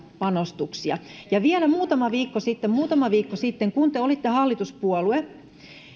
panostuksia vielä muutama viikko sitten muutama viikko sitten kun te olitte hallituspuolue